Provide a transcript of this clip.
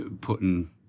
putting